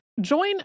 Join